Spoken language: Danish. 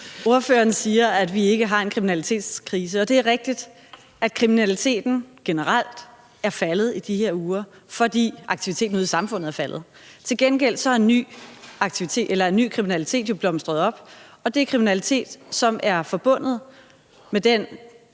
Ordføreren siger, at vi ikke har en kriminalitetskrise, og det er rigtigt, at kriminaliteten generelt er faldet i de her uger, fordi aktiviteten ude i samfundet er faldet. Til gengæld er ny kriminalitet jo blomstret op, og det er kriminalitet, som er forbundet med den